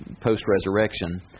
post-resurrection